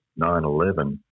9-11